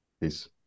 Peace